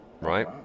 right